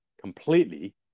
completely